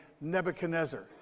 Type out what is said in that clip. Nebuchadnezzar